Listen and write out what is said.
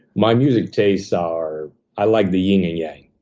my music tastes are i like the yin and yang.